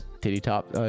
titty-top